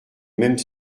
même